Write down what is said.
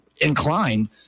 Inclined